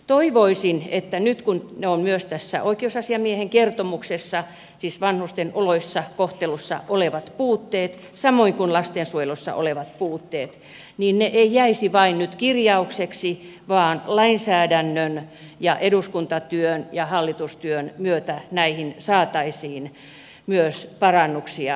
toivoisin että nyt kun ne ovat myös tässä oikeusasiamiehen kertomuksessa siis vanhusten oloissa kohtelussa olevat puutteet samoin kuin lastensuojelussa olevat puutteet niin ne eivät jäisi nyt vain kirjaukseksi vaan lainsäädännön ja eduskuntatyön ja hallitustyön myötä näihin saataisiin myös parannuksia aikaan